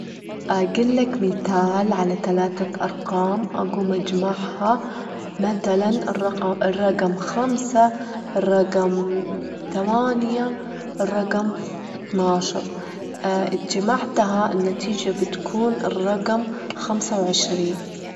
أجيلك متال على تلاتة أرقام أجول مجموعها متلًا الرجم خمسة؛ الرجم تمانية؛ الرجم اتناشر، إذ جمعتها النتيجة بتكون الرجم خمسة وعشرين.